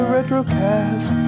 Retrocast